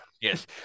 Yes